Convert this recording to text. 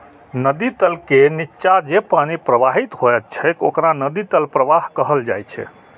नदी तल के निच्चा जे पानि प्रवाहित होइत छैक ओकरा नदी तल प्रवाह कहल जाइ छै